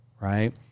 right